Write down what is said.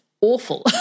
awful